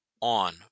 on